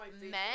men